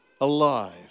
alive